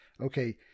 okay